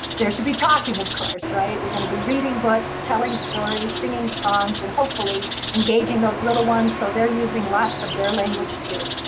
there should be talking, of course, right? if you're going to be reading books, telling stories, singing songs, and hopefully engaging those little ones so they're using lots of their language too.